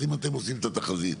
אז אם אתם עושים את התחזית,